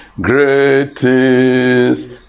greatest